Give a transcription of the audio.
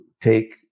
take